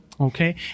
okay